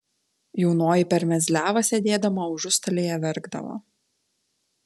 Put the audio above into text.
jaunoji per mezliavą sėdėdama užustalėje verkdavo